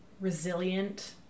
resilient